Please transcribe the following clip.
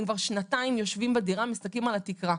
הם כבר שנתיים יושבים בדירה ומסתכלים על התקרה.